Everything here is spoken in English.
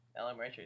Elementary